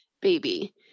baby